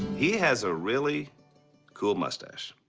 he has a really cool moustache.